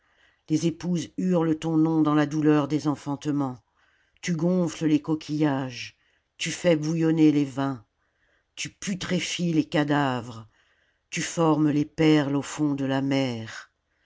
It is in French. les épouses hurlent ton nom dans la douleur des enfantements tu gonfles les coquillages tu fais bouillonner les vins tu putréfies les cadavres tu formes les perles au fond de la mer